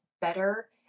better